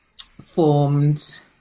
formed